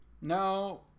no